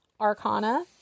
arcana